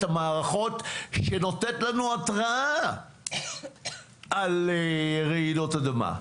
המערכות שנותנות לנו התרעה על רעידות אדמה.